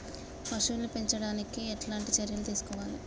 పశువుల్ని పెంచనీకి ఎట్లాంటి చర్యలు తీసుకోవాలే?